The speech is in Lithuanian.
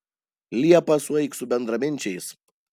liepą sueik su bendraminčiais